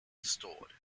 stored